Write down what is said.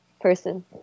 person